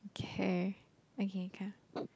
okay okay can